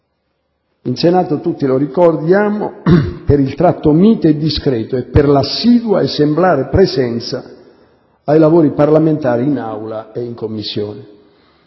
In Senato tutti lo ricordiamo per il tratto mite e discreto e per l'assidua ed esemplare presenza ai lavori parlamentari in Aula e in Commissione.